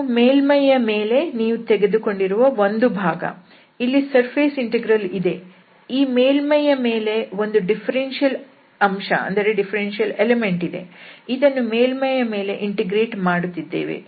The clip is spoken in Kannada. ಇದು ಮೇಲ್ಮೈಯ ಮೇಲೆ ನೀವು ತೆಗೆದುಕೊಂಡಿರುವ ಒಂದು ಭಾಗ ಇಲ್ಲಿ ಸರ್ಫೇಸ್ ಇಂಟೆಗ್ರಲ್ ಇದೆ ಈ ಮೇಲ್ಮೈಯ ಮೇಲೆ ಒಂದು ಡಿಫರೆನ್ಷಿಯಲ್ ಅಂಶ ಇದೆ ಇದನ್ನು ಮೇಲ್ಮೈಯ ಮೇಲೆ ಇಂಟಿಗ್ರೇಟ್ ಮಾಡುತ್ತಿದ್ದೇವೆ